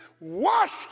Washed